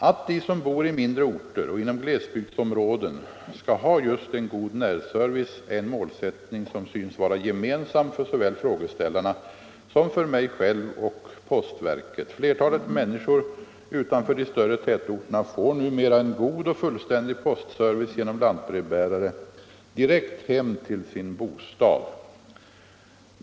Att de som bor i mindre orter och inom glesbygdsområden skall ha just en god närservice är en målsättning som synes vara gemensam för såväl frågeställarna som för mig själv och postverket. Flertalet människor utanför de större tätorterna får numera en god och fullständig postservice genom lantbrevbärare direkt hem till sin bostad.